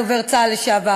דובר צה"ל לשעבר,